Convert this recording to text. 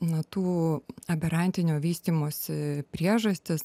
na tų aberantinio vystymosi priežastis